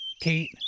Kate